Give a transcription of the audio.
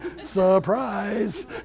Surprise